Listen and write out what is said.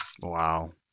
Wow